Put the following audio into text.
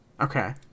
Okay